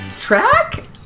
track